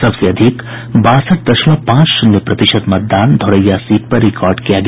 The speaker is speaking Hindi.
सबसे अधिक बासठ दशमलव पांच शून्य प्रतिशत मतदान धोरैया सीट पर रिकॉर्ड किया गया